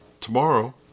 tomorrow